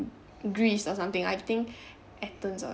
greece or something I think athens or